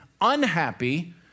unhappy